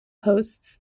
hosts